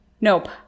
nope